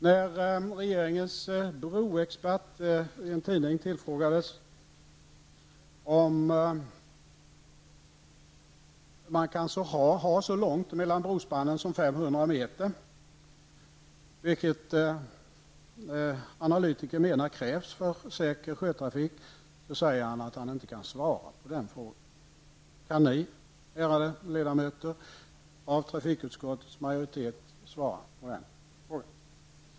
När regeringens broexpert tillfrågades i en tidning om man kan ha så långt mellan brospannen som 500 meter, vilket analytikerna menar krävs för säker sjötrafik, sade han att han inte kunde svara på frågan. Kan ni, ärade ledamöter i trafikutskottets majoritet, svara på den frågan?